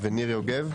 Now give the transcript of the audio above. יוגב,